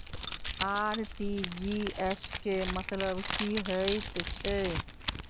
RTGS केँ मतलब की हएत छै?